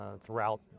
throughout